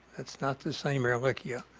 that's not the same ehrlichia.